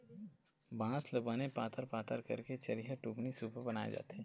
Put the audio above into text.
बांस ल बने पातर पातर करके चरिहा, टुकनी, सुपा बनाए जाथे